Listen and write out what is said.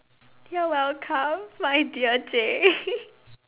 you're welcome my dear J